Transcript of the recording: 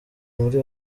muri